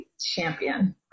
champion